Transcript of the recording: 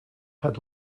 had